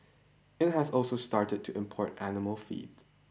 it has also started to import animal feed